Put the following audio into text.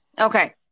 Okay